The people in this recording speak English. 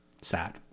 sad